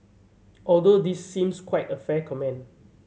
although this seems quite a fair comment